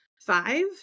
five